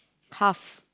tough